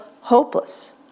hopeless